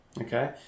Okay